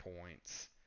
points